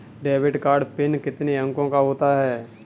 Debit card pin कितने अंकों का होता है?